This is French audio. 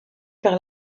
par